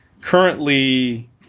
Currently